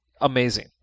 amazing